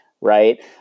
right